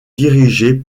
dirigés